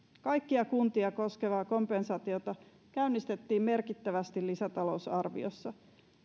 kaikkia kuntia koskevaa kompensaatiota käynnistettiin merkittävästi lisätalousarviossa